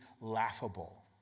laughable